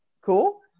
cool